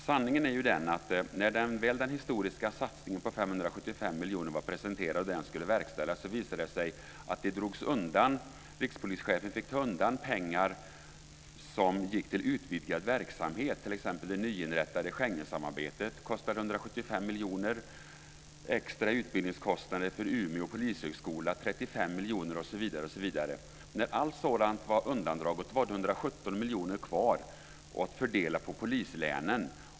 Sanningen är att när väl den historiska satsningen på 575 miljoner var presenterad och skulle verkställas visade det sig att det drogs undan pengar. Rikspolischefen fick ta undan pengar som gick till utvidgad verksamhet. Det nyinrättade Schengensamarbetet kostade t.ex. 175 miljoner, extra utbildningskostnader för Umeå polishögskola 35 miljoner osv. När allt sådant var undandraget var det 117 miljoner kvar att fördela på polislänen.